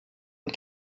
und